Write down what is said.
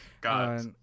God